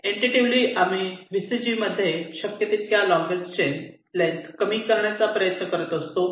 intuitively आम्ही VCG मध्ये शक्य तितक्या लोंगेस्ट चैन लेंग्थ कमी करण्याचा प्रयत्न करतो